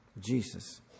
Jesus